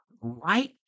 right